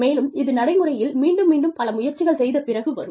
மேலும் இது நடைமுறையில் மீண்டும் மீண்டும் பல முயற்சிகள் செய்த பிறகு வரும்